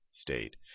state